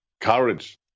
Courage